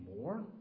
more